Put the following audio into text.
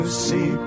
see